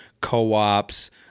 co-ops